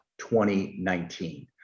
2019